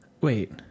wait